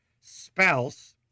spouse